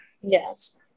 Yes